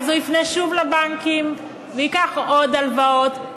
ואז הוא יפנה שוב לבנקים וייקח עוד הלוואות,